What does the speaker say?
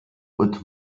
und